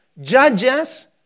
judges